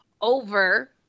over